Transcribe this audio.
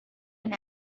and